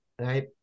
right